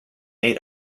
eight